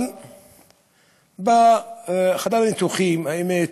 אבל בחדר הניתוחים, האמת,